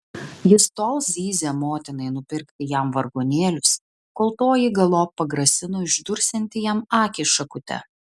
jis tol zyzė motinai nupirkti jam vargonėlius kol toji galop pagrasino išdursianti jam akį šakute